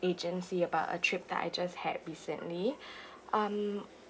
agency about a trip that I just had recently um